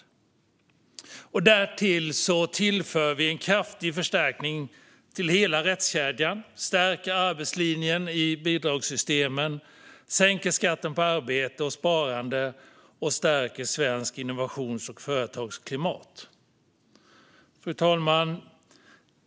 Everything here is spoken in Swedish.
Därtill tillför vi en kraftig förstärkning till hela rättskedjan, stärker arbetslinjen i bidragssystemen, sänker skatten på arbete och sparande och stärker svenskt innovations och företagsklimat. Fru talman!